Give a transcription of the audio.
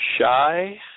shy